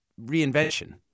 reinvention